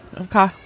Okay